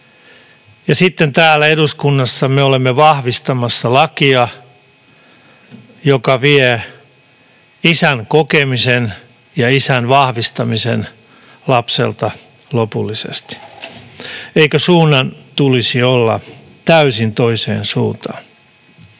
sitten täällä eduskunnassa me olemme vahvistamassa lakia, joka vie isän kokemisen ja isän vahvistamisen lapselta lopullisesti. Eikö suunnan tulisi olla täysin toinen?